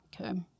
Okay